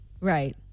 Right